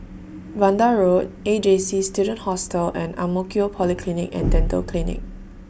Vanda Road A J C Student Hostel and Ang Mo Kio Polyclinic and Dental Clinic